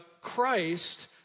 Christ